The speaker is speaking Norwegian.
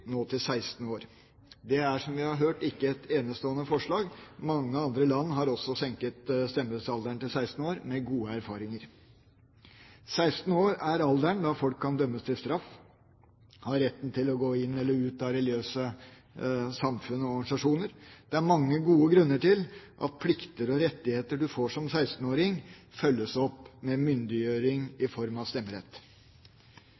nå til 16 år. Det er, som vi har hørt, ikke et enestående forslag. Mange andre land har også senket stemmerettsalderen til 16 år, med gode erfaringer. 16 år er alderen da folk kan dømmes til straff og har rett til å gå inn eller ut av religiøse samfunn og organisasjoner. Det er mange gode grunner til at plikter og rettigheter man får som 16-åring, følges opp med myndiggjøring